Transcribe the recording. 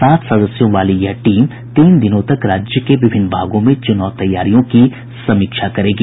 सात सदस्यों वाली यह टीम तीन दिनों तक राज्य के विभिन्न भागों में चुनाव तैयारियों की समीक्षा करेगी